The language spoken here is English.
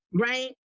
right